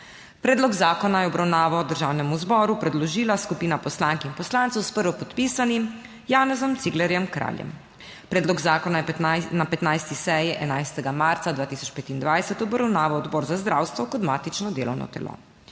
Predlog zakona je v obravnavo Državnemu zboru predložila skupina poslank in poslancev s prvopodpisanim Janezom Ciglerjem Kraljem. Predlog zakona je na 15. seji, 11. marca 2025, obravnaval Odbor za zdravstvo kot matično delovno telo.